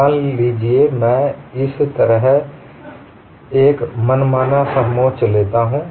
मान लीजिए मैं एक इस तरह मनमानी समोच्च लेता हूं